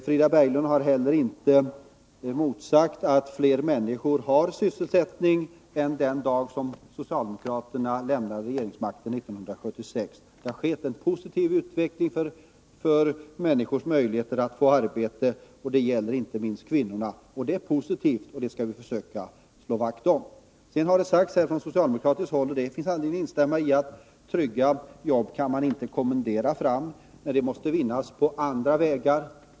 Frida Berglund har inte motsagt min uppgift att flera människor har sysselsättning nu än 1976, då socialdemokraterna lämnade regeringsmakten. Det har skett en positiv utveckling av människors möjligheter att få arbete, och det gäller inte minst kvinnorna. Det är positivt, och det skall vi försöka slå vakt om. Det har här från socialdemokratiskt håll sagts — och det finns anledning att instämma i det — att man inte kan kommendera fram trygga jobb. De måste vinnas på andra vägar.